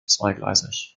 zweigleisig